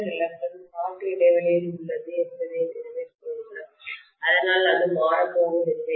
இந்த ரிலக்டன்ஸ் காற்று இடைவெளியில் உள்ளது என்பதை நினைவில் கொள்க அதனால் அது மாறப்போவதில்லை